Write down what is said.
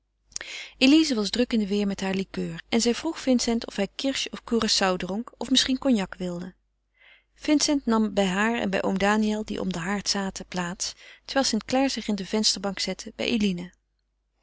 elize was druk in de weer met haar liqueuren en zij vroeg vincent of hij kirsch of curaçao dronk of misschien cognac wilde vincent nam bij haar en bij oom daniël die om den haard zaten plaats terwijl st clare zich in de vensterbank zette bij eline